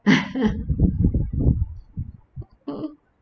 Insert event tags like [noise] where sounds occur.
[laughs]